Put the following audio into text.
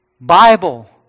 Bible